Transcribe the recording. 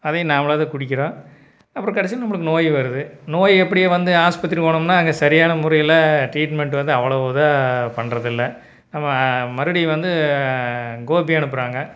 அதை நாமளாக தான் குடிக்கிறோம் அப்புறம் கடைசியில் நம்மளுக்கு நோய் வருது நோய் எப்படி வந்து ஹாஸ்பத்திரி போனோம்னால் அங்கே சரியான முறையில் டிரீட்மென்ட் வந்து அவ்வளோ இதாக பண்ணுறதில்ல நம்ம மறுபடியும் வந்து கோபி அனுப்புகிறாங்க